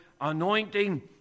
anointing